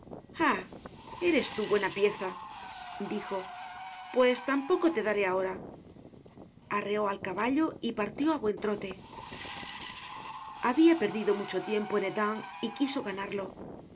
eres tú buena pieza dijo pues tampoco te daré ahora arreó al caballo y partió á buen trote habia perdido mucho tiempo en hesdin y quiso ganarlo el